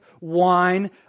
wine